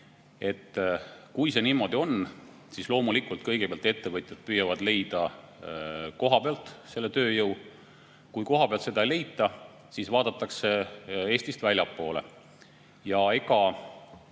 Kui see niimoodi on, siis loomulikult kõigepealt ettevõtjad püüavad leida kohapealt selle tööjõu. Kui kohapealt seda ei leita, siis vaadatakse Eestist väljapoole. Ja siin